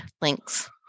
links